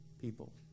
people